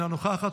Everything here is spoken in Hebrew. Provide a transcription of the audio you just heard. אינה נוכחת,